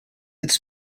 its